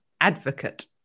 advocate